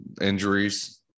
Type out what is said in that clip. injuries